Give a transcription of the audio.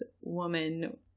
woman